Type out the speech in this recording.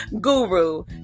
guru